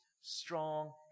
strong